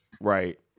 right